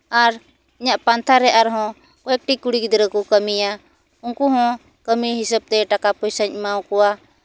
ᱟᱨ ᱤᱧᱟᱹᱜ ᱯᱟᱱᱛᱷᱟ ᱨᱮ ᱟᱨᱦᱚᱸ ᱠᱚᱭᱮᱠᱴᱤ ᱠᱩᱲᱤ ᱜᱤᱫᱽᱨᱟᱹ ᱠᱚ ᱠᱟᱹᱢᱤᱭᱟ ᱩᱱᱠᱩ ᱦᱚᱸ ᱠᱟᱹᱢᱤ ᱦᱤᱥᱟᱹᱵᱛᱮ ᱴᱟᱠᱟ ᱯᱚᱭᱥᱟᱧ ᱮᱢᱟᱣ ᱠᱚᱣᱟ